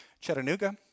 Chattanooga